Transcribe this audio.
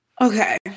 Okay